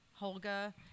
Holga